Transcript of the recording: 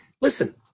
Listen